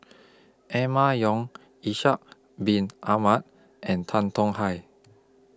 Emma Yong Ishak Bin Ahmad and Tan Tong Hye